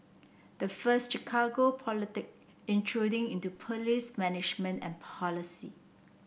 the first Chicago politic intruding into police management and policy